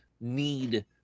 need